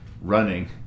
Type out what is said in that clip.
running